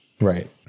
Right